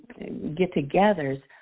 get-togethers